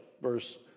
Verse